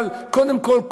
אבל קודם כול,